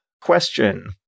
Question